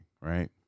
right